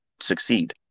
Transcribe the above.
succeed